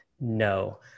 no